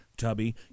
tubby